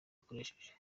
akoresheje